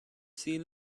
see